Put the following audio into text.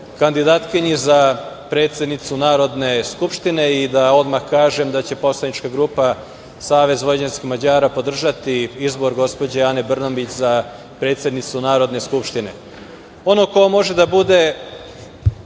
kandidatkinji za predsednicu Narodne skupštine i da odmah kažem da će poslanička grupa SVM podržati izbor gospođe Ane Brnabić za predsednicu Narodne skupštine. Ona osoba koja može da bude